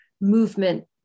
movement